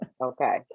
Okay